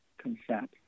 consent